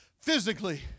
physically